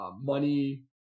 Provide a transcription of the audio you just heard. money